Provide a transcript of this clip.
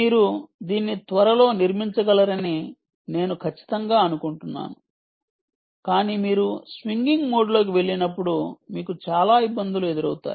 మీరు దీన్ని త్వరలో నిర్మించగలరని నేను ఖచ్చితంగా అనుకుంటున్నాను కానీ మీరు స్వింగింగ్ మోడ్లోకి వెళ్ళినప్పుడు మీకు చాలా ఇబ్బందులు ఎదురవుతాయి